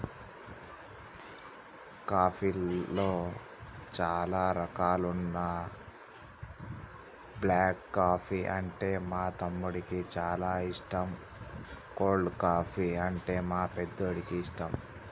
కాఫీలో చానా రకాలున్న బ్లాక్ కాఫీ అంటే మా తమ్మునికి చానా ఇష్టం, కోల్డ్ కాఫీ, అంటే మా పెద్దోడికి ఇష్టం